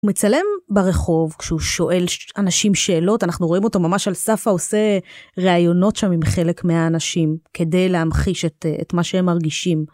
הוא מצלם ברחוב כשהוא שואל אנשים שאלות, אנחנו רואים אותו ממש על סף ה..עושה ראיונות שם עם חלק מהאנשים כדי להמחיש את מה שהם מרגישים.